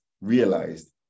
realized